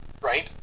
right